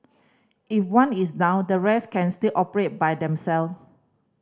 if one is down the rest can still operate by themselves